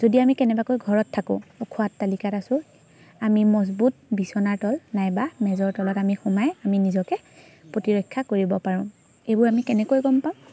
যদি আমি কেনেবাকৈ ঘৰত থাকোঁ ওখ অট্টালিকাত আছোঁ আমি মজবুত বিচনাৰ তল নাইবা মেজৰ তলত আমি সোমাই আমি নিজকে প্ৰতিৰক্ষা কৰিব পাৰোঁ এইবোৰ আমি কেনেকৈ গম পাম